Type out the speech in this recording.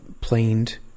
planed